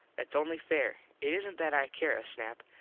thats only fair. it isn't that i care a snap.